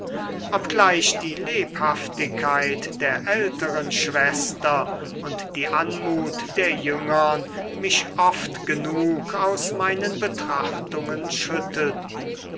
obgleich die lebhaftigkeit der älteren schwester und die anmut der jüngern mich oft genug aus meinen betrachtungen schüttelten